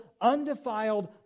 undefiled